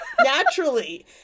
naturally